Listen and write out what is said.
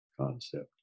concept